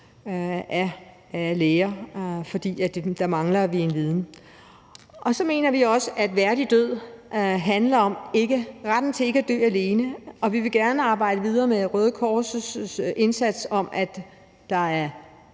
af læger, for der mangler vi en viden. Så mener vi også, at en værdig død handler om retten til ikke at dø alene, og vi vil gerne arbejde videre med Røde Kors' indsats for, at der er